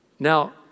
Now